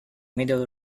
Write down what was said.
middle